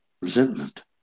Resentment